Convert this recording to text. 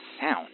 sound